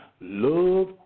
Love